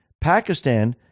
Pakistan